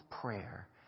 prayer